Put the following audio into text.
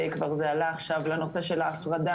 וזה כבר עלה עכשיו לנושא של ההפרדה